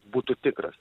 būtų tikras